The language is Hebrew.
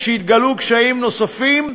כשהתגלו קשיים נוספים,